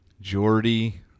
Jordy